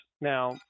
Now